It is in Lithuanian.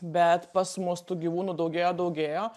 bet pas mus tų gyvūnų daugėjo daugėjo